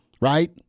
right